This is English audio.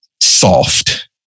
soft